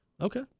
Okay